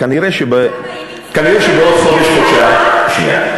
כנראה שבעוד חודש-חודשיים,